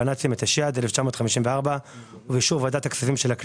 הצו אושר.